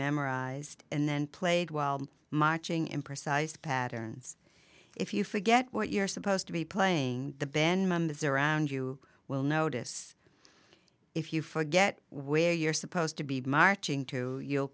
memorized and then played while marching in precise patterns if you forget what you're supposed to be playing the band members around you will notice if you forget where you're supposed to be marching to